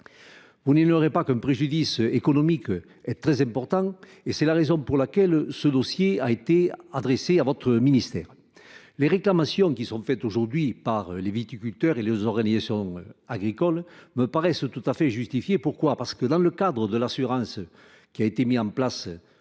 Vous n’ignorez pas que le préjudice économique risque d’être très important. C’est la raison pour laquelle ce dossier a été adressé à votre ministère. Les réclamations qui sont formulées aujourd’hui par les viticulteurs et les organisations agricoles me paraissent tout à fait justifiées : nous le savons, dans le cadre du dispositif d’assurance qui a été mis en place pour